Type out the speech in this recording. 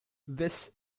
this